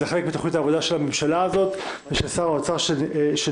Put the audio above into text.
זה חלק מתוכנית העבודה של הממשלה הזאת ושל שר האוצר שנבחר.